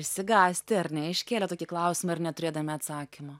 išsigąsti ar ne iškėlę tokį klausimą ir neturėdami atsakymo